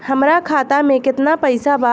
हमरा खाता मे केतना पैसा बा?